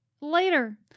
later